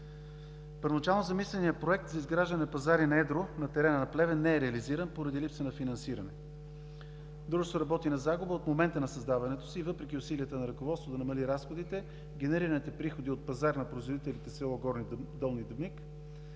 Първоначално замисленият проект за изграждане на пазари на едро на терена на Плевен не е реализиран поради липса на финансиране. Дружеството работи на загуба от момента на създаването си и въпреки усилията на ръководството да намали разходите, генерираните приходи от пазар на производителите в село Горни Дъбник